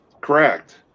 Correct